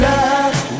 Love